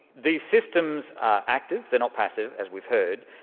these systems are active, they're not passive, as we've heard,